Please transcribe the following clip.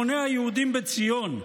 המוני היהודים בציון,